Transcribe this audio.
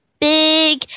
big